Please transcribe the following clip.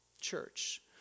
church